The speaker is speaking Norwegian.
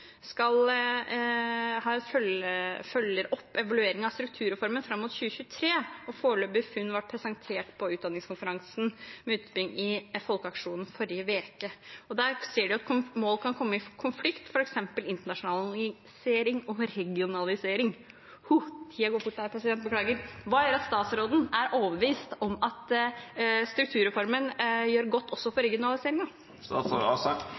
følger opp evalueringen av strukturreformen fram mot 2023, og foreløpige funn ble presentert på utdanningskonferansen med utspring i folkeaksjonen forrige uke. Der ser de at mål kan komme i konflikt, f.eks. internasjonalisering og regionalisering. Hva gjør at statsråden er overbevist om at strukturreformen gjør godt også for